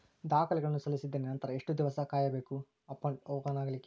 ದಾಖಲೆಗಳನ್ನು ಸಲ್ಲಿಸಿದ್ದೇನೆ ನಂತರ ಎಷ್ಟು ದಿವಸ ಬೇಕು ಅಕೌಂಟ್ ಓಪನ್ ಆಗಲಿಕ್ಕೆ?